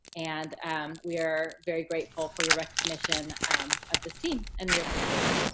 and um we're very grateful for your recognition of this team. and we appreciate it.